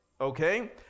Okay